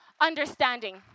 understanding